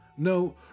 No